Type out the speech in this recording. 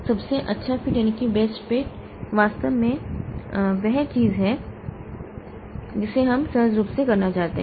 सबसे अच्छा फिट वास्तव में वह चीज है जिसे हम सहज रूप से करना चाहते हैं